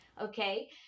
okay